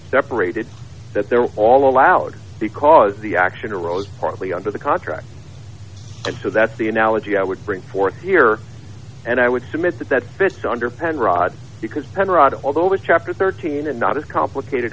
separated that they're all allowed because the action arose partly under the contract and so that's the analogy i would bring forth here and i would submit that that fits under penrod because penrod although the chapter thirteen and not as complicated